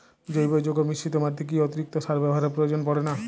জৈব যৌগ মিশ্রিত মাটিতে কি অতিরিক্ত সার ব্যবহারের প্রয়োজন পড়ে না?